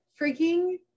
freaking